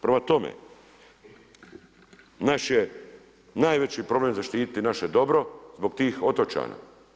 Prema tome, naš je najveći problem zaštiti naše dobro zbog tih otočana.